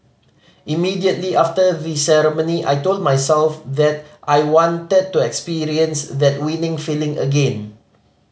immediately after the ceremony I told myself that I wanted to experience that winning feeling again